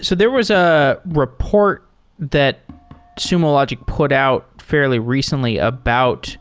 so there was a report that sumo logic put out fairly recently about